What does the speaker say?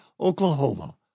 Oklahoma